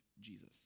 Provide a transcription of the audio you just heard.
Jesus